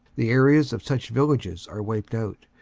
the areas of such villages are wiped out.